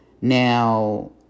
Now